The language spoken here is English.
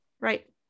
Right